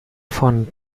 von